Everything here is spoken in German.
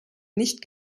nicht